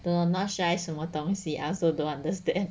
the not shy 什么东西 I also don't understand